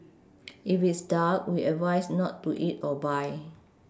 if it's dark we advise not to eat or buy